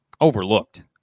overlooked